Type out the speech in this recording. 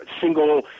single